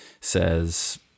says